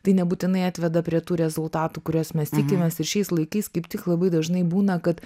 tai nebūtinai atveda prie tų rezultatų kuriuos mes tikimės ir šiais laikais kaip tik labai dažnai būna kad